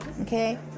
Okay